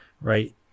Right